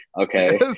Okay